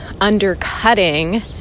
undercutting